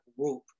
group